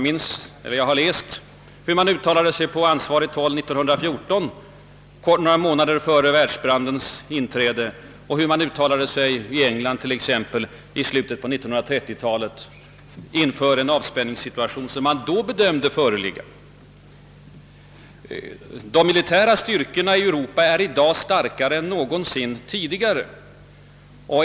Vi vet hur lättsinnigt man uttalade sig på ansvarigt håll 1914, några månader före världsbrandens uppblossande, och hur man uttalade sig i England t.ex. i slutet på 1930-talet inför en »avspänningssituation» som då troddes föreligga. De militära styrkorna i Europa är i dag starkare än någonsin tidigare.